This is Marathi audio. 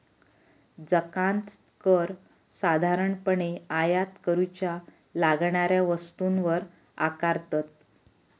जकांत कर साधारणपणे आयात करूच्या लागणाऱ्या वस्तूंवर आकारतत